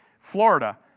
Florida